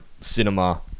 cinema